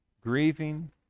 Grieving